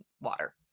water